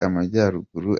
amajyaruguru